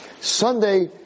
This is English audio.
Sunday